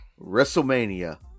WrestleMania